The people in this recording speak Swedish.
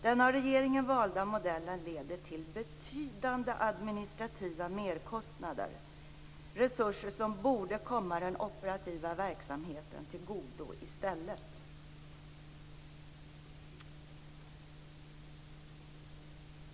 Den av regeringen valda modellen leder till betydande administrativa merkostnader, resurser som borde komma den operativa verksamheten till godo i stället.